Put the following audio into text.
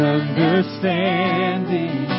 understanding